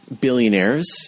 billionaires